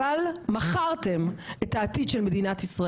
אבל מכרתם את העתיד של מדינת ישראל.